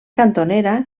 cantonera